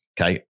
Okay